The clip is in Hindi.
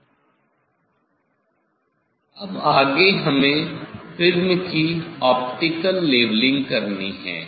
अब आगे हमें प्रिज्म की ऑप्टिकल लेवलिंग करनी है